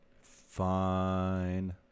Fine